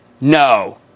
No